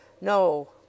No